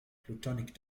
platonic